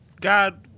God